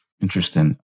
interesting